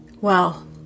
well